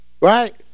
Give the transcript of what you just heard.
right